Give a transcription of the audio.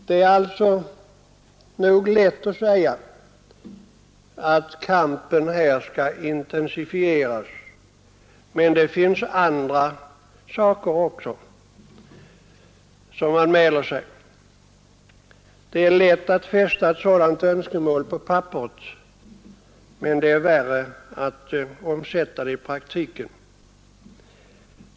Det är alltså lätt att säga att kampen skall intensifieras, men det finns också andra frågor som anmäler sig. Det är lätt att fästa ett sådant önskemål på papperet, men det är värre att omsätta det i praktiken.